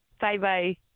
Bye-bye